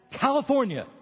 California